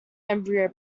embryo